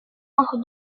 entre